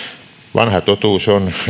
vanha totuus on